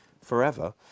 forever